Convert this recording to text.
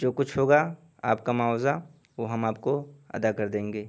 جو کچھ ہوگا آپ کا معاوضہ وہ ہم آپ کو ادا کر دیں گے